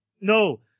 no